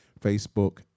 Facebook